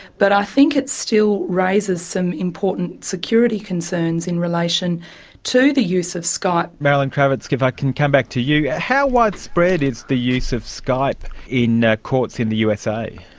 but i think it still raises some important security concerns in relation to the use of skype. marilyn krawitz, if i can come back to you, how widespread is the use of skype in ah courts in the usa?